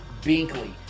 binkley